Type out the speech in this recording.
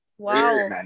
Wow